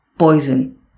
Poison